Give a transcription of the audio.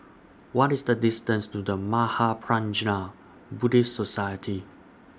What IS The distance to The Mahaprajna Buddhist Society